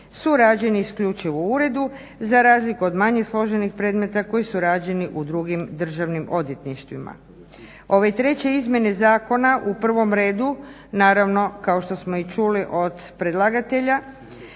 su rađeni isključivo u uredu za razliku od manje složenih predmeta koji su rađeni u drugim državnim odvjetništvima. Ove treće izmjene zakona u prvom redu, naravno kao što smo i čuli od predlagatelja,